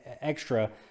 extra